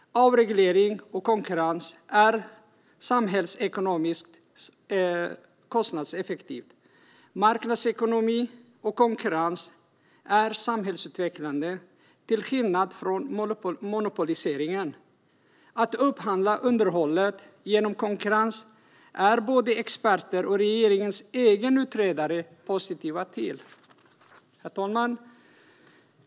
Avreglering och konkurrens är samhällsekonomiskt kostnadseffektivt. Marknadsekonomi och konkurrens är samhällsutvecklande, till skillnad från monopoliseringen. Att upphandla underhållet genom konkurrens är både experter och regeringens egen utredare positiva till. Herr talman!